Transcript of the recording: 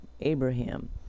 Abraham